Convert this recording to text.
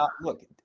look